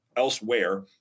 Elsewhere